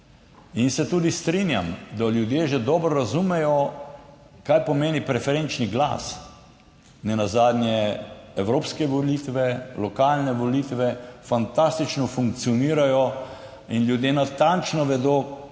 In se tudi strinjam, da ljudje že dobro razumejo, kaj pomeni preferenčni glas. Nenazadnje evropske volitve, lokalne volitve fantastično funkcionirajo in ljudje natančno vedo,